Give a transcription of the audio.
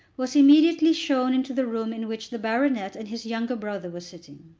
was immediately shown into the room in which the baronet and his younger brother were sitting.